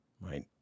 right